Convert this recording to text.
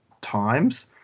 times